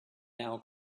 now